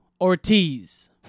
Ortiz